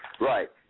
Right